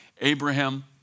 Abraham